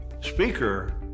speaker